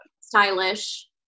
Stylish